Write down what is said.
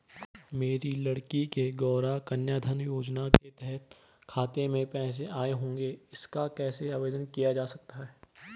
मेरी लड़की के गौंरा कन्याधन योजना के तहत खाते में पैसे आए होंगे इसका कैसे आवेदन किया जा सकता है?